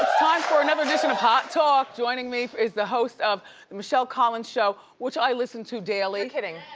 time for another edition of hot talk. joining me is the host of michelle collins' show, which i listen to daily. you're kidding!